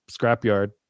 scrapyard